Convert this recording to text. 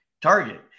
target